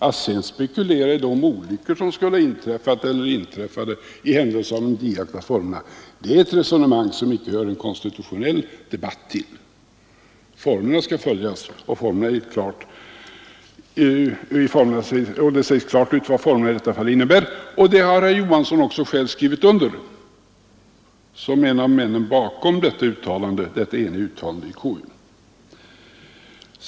Att sedan spekulera i de olyckor som hade kunnat inträffa för den händelse man hade iakttagit formerna är ett resonemang som inte hör en konstitutionell debatt till. Formerna skall följas, och det sägs klart ut vad formerna i detta fall innebär. Det har herr Johansson själv skrivit under som en av männen bakom det eniga uttalandet i konstitutionsutskottet.